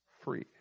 free